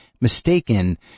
mistaken